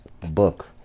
book